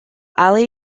ali